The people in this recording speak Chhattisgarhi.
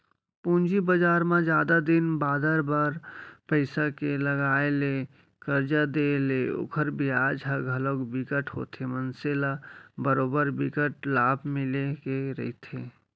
पूंजी बजार म जादा दिन बादर बर पइसा के लगाय ले करजा देय ले ओखर बियाज ह घलोक बिकट होथे मनसे ल बरोबर बिकट लाभ मिले के रहिथे